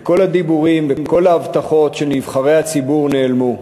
כל הדיבורים וכל ההבטחות של נבחרי הציבור נעלמו.